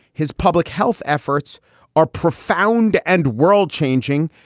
his public health efforts are profound and world changing.